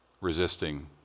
resisting